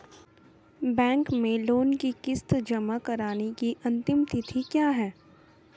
Bank में loan की किश्त जमा कराने की अंतिम तिथि क्या है?